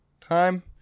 time